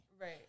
Right